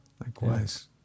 likewise